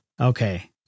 Okay